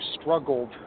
struggled